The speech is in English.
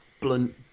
blunt